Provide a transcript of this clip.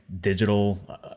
digital